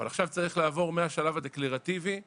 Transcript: אבל עכשיו צריך לעבור מהשלב הדקלרטיבי לשלב,